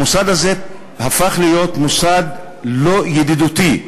הפך להיות מוסד לא ידידותי,